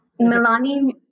Milani